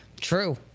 true